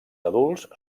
adults